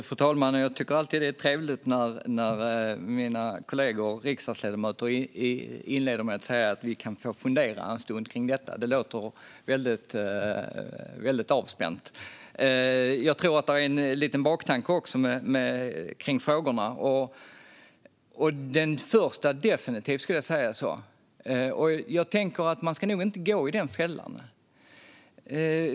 Fru talman! Jag tycker alltid att det är trevligt när mina kollegor och riksdagsledamöter inleder med att säga att vi kan få fundera en stund kring detta. Det låter väldigt avspänt. Jag tror också att det är en liten baktanke med frågorna. Det gäller definitivt den första frågan. Man ska nog inte gå i den fällan.